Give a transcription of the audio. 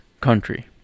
Country